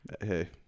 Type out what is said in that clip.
Hey